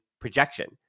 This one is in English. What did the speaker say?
projection